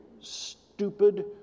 stupid